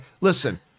listen